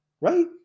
right